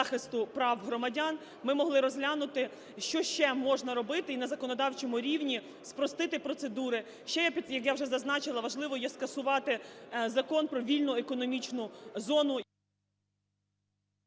захисту прав громадян ми могли розглянути, що ще можна робити і на законодавчому рівні спростити процедури. Ще, як я вже зазначила, важливо є, скасувати Закон про вільну економічну зону…